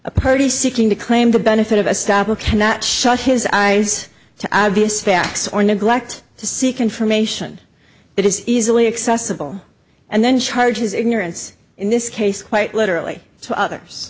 a party seeking to claim the benefit of a stopper cannot shut his eyes to obvious facts or neglect to seek information that is easily accessible and then charges ignorance in this case quite literally to others